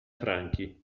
franchi